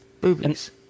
boobies